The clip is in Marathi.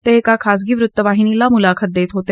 ते एका खाजगी वृत्तवाहिनीला मुलाखत देत होते